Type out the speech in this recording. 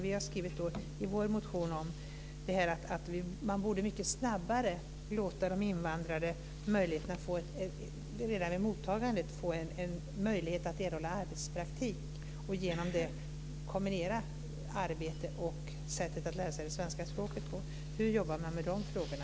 Vi har skrivit i vår motion om att man mycket snabbare - redan vid mottagandet - borde låta de invandrade få en möjlighet att erhålla arbetspraktik och genom det kombinera arbete och inlärning av det svenska språket. Hur jobbar man med de frågorna?